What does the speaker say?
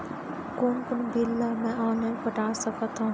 कोन कोन बिल ला मैं ऑनलाइन पटा सकत हव?